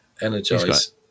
Energize